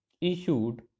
issued